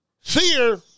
Fear